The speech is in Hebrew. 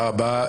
תודה רבה.